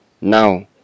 Now